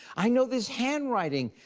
i know this handwriting.